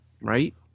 right